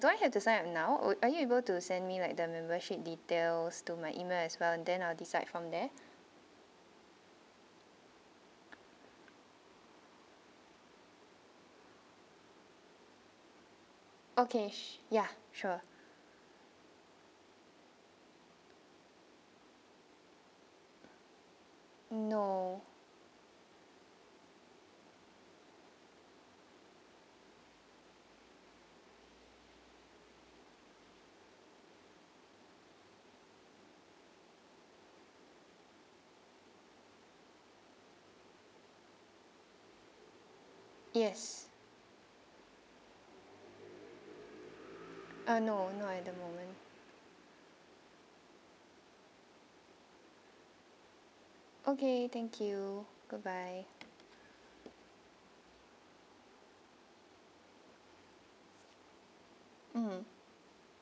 do I have to sign up now or are you able to send me like the membership details to my email as well and then I'll decide from there okay ya sure no yes ah no not at the moment okay thank you good bye mm